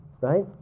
right